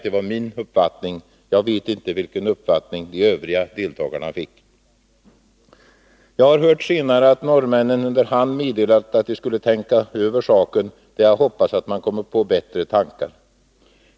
Det var min uppfattning — jag vet inte vilken uppfattning de övriga deltagarna fick. Jag har senare hört att norrmännen under hand meddelat att de skulle tänka över saken. Det är att hoppas att man kommer på bättre tankar.